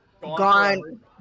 gone